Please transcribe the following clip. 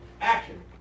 action